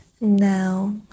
Now